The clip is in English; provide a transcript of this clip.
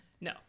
no